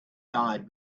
died